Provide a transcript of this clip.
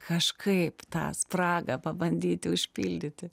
kažkaip tą spragą pabandyti užpildyti